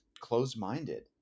closed-minded